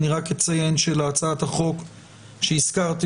רק אציין שלהצעת החוק שהזכרתי,